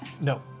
No